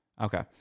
Okay